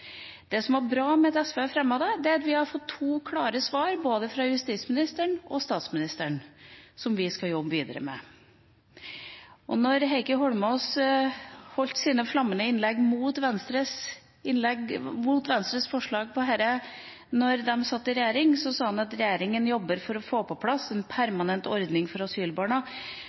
Det som er bra med at SV har fremmet det, er at vi har fått to klare svar, både fra justisministeren og fra statsministeren, som vi skal jobbe videre med. Da Heikki Eidsvoll Holmås holdt sine flammende innlegg mot Venstres forslag om dette da de satt i regjering, sa han at «regjeringen jobber for å få på plass en permanent ordning for asylbarna,